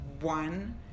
one